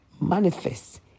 manifest